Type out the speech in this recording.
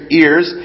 ears